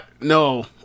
no